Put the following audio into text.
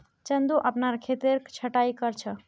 चंदू अपनार खेतेर छटायी कर छ